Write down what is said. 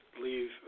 leave